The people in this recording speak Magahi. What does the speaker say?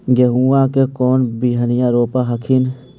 गेहूं के कौन बियाह रोप हखिन?